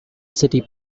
city